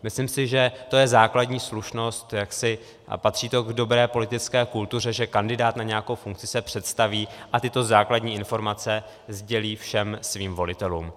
Myslím si, že to je základní slušnost, a patří to k dobré politické kultuře, že kandidát na nějakou funkci se představí a tyto základní informace sdělí všem svým volitelům.